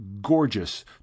gorgeous